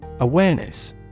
awareness